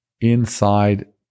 inside